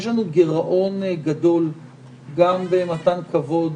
יש לנו גירעון גדול גם במתן כבוד